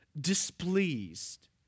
displeased